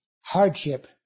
hardship